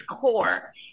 core